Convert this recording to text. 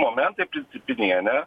momentai principiniai ane